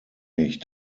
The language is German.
mich